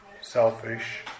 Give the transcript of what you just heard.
selfish